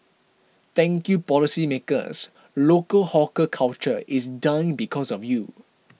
thank you policymakers local hawker culture is dying because of you